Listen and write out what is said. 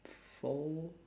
four